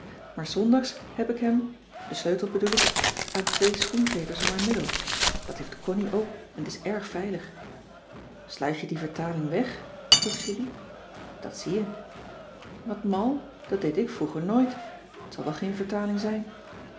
s zondags heb ik hem den sleutel bedoel ik aan cissy van marxveldt de h b s tijd van joop ter heul twee schoenveters om mijn middel dat heeft connie ook en t is erg veilig sluit je die vertaling weg vroeg julie dat zie je wat mal dat deed ik vroeger nooit t zal wel geen vertaling zijn